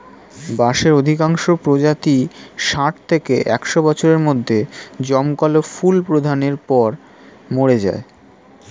বাঁশের অধিকাংশ প্রজাতিই ষাট থেকে একশ বছরের মধ্যে জমকালো ফুল প্রদানের পর মরে যায়